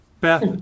Beth